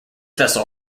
vessel